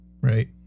right